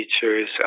teachers